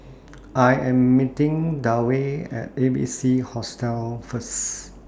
I Am meeting Dewey At A B C Hostel First